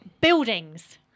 buildings